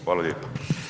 Hvala lijepo.